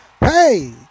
Hey